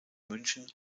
münchen